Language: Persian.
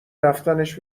رفتنش